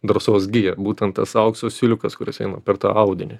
drąsos gija būtent tas aukso siūliukas kuris eina per tą audinį